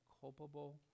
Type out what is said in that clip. culpable